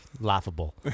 laughable